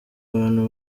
abantu